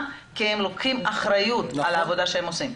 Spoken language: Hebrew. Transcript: כי הם לוקחים אחריות על העבודה שהם עושים.